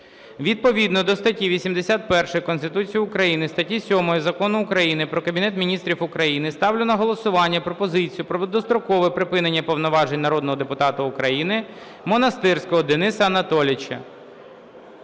Відповідно до статті 81 Конституції України, статті 7 Закону України "Про Кабінет Міністрів України" ставлю на голосування пропозицію про дострокове припинення повноважень народного депутата України Монастирського Дениса Анатолійовича.